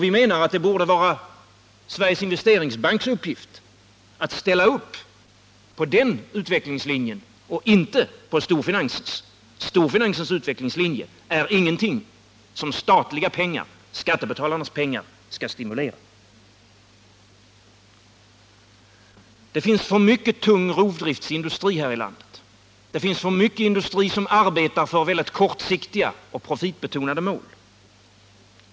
Vi menar att det borde vara Sveriges Investeringsbanks uppgift att ställa 111 upp på den utvecklingslinjen och inte på storfinansens. Storfinansens utvecklingslinje är ingenting som statliga pengar, skattebetalarnas pengar, skall stimulera. Det finns för mycket tung rovdriftsindustri här i landet, det finns för mycket industri som arbetar för kortsiktiga och profitbetonade mål.